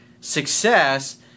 success